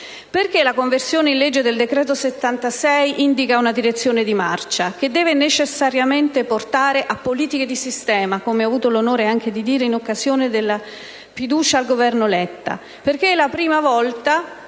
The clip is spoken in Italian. Perché la conversione in legge del decreto-legge n. 76 indica una direzione di marcia che deve necessariamente portare a politiche di sistema, come ho avuto anche l'onore di dire in occasione della discussione sulla fiducia al Governo Letta? Perché è la prima volta,